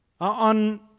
on